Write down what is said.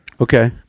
Okay